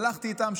הלכתי איתם.